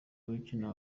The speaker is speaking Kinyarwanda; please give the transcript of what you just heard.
ukina